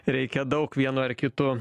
reikia daug vienu ar kitu